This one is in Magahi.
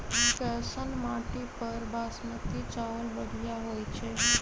कैसन माटी पर बासमती चावल बढ़िया होई छई?